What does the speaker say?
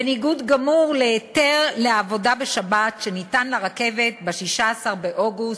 בניגוד גמור להיתר לעבודה בשבת שניתן לרכבת ב-16 באוגוסט,